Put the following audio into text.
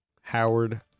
Howard